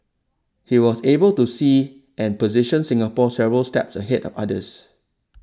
he was able to see and position Singapore several steps ahead of others